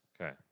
Okay